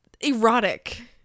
erotic